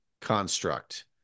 construct